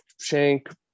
shank